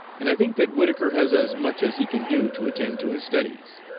and i think that whittaker has as much as he can do to attend to his studies.